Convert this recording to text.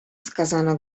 skazano